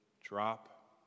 drop